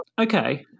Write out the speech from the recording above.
Okay